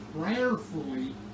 prayerfully